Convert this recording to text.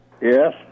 Yes